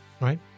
Right